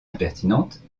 impertinente